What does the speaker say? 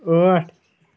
ٲٹھ